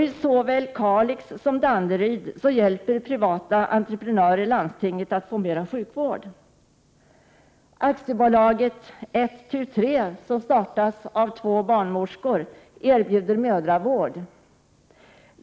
I såväl Kalix som Danderyd hjälper privata entreprenörer landstinget att få mer sjukvård. Aktiebolaget Ett Tu Tre, som startats av två barnmorskor, erbjuder mödravård.